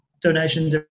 donations